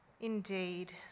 Indeed